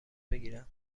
بگیرم